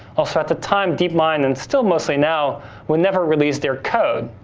also, at the time, deep mind and still mostly now would never release their code.